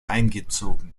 eingezogen